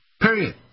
Period